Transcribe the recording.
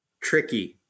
tricky